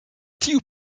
tiu